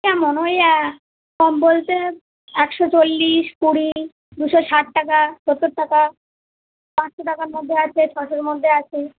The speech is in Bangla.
কেমন ওই কম বলতে একশো চল্লিশ কুড়ি দুশো ষাট টাকা সত্তর টাকা পাঁচশো টাকার মধ্যে আছে ছশোর মধ্যে আছে